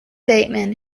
bateman